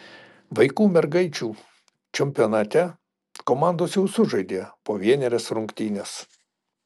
vaikų mergaičių čempionate komandos jau sužaidė po vienerias rungtynes